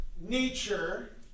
nature